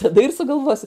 tada ir sugalvosiu